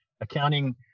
accounting